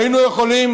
היינו יכולים